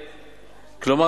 כלומר,